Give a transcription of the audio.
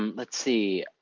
um let's see.